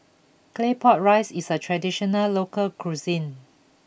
Claypot Rice is a traditional local cuisine